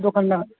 दोकानमा